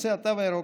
לנושא התו הירוק,